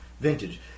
Vintage